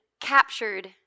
captured